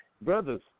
brothers